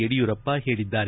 ಯಡಿಯೂರಪ್ಪ ಹೇಳಿದ್ದಾರೆ